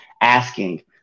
asking